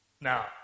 Now